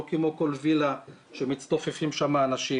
לא כמו כל וילה שמצטופפים שם אנשים.